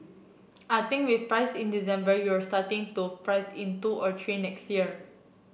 I think we've priced in December you're starting to price in two or three next year